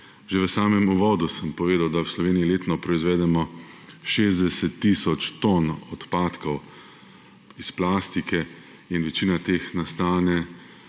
Že v samem uvodu sem povedal, da v Sloveniji letno proizvedemo 60 tisoč ton odpadkov iz plastike. Večina teh nastane